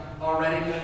already